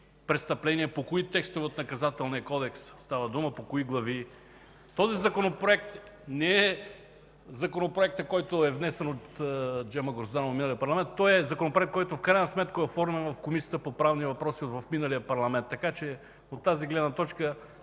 престъпления, по които текстове от Наказателния кодекс става дума, по кои глави. Този Законопроект не е Законопроектът, който е внесен от Джема Грозданова в миналия парламент. Той е Законопроект, който в крайна сметка е оформен в Комисията по правни въпроси в миналия парламент, така че от тази гледна точка